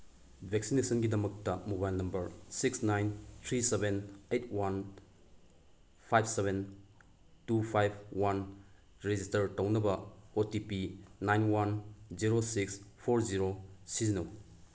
ꯚꯦꯛꯁꯤꯅꯦꯁꯟꯒꯤꯗꯃꯛꯇ mobile number six nine three seven eight one five seven two five one register ꯇꯧꯅꯕ O T P nine one zero six four zero ꯁꯤꯖꯤꯟꯅꯧ